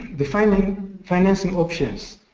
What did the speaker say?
the financing financing options,